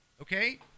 Okay